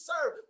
serve